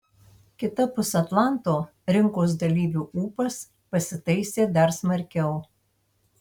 kitapus atlanto rinkos dalyvių ūpas pasitaisė dar smarkiau